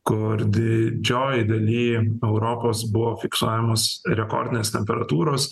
kur didžiojoj dalyj europos buvo fiksuojamos rekordinės temperatūros